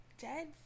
dead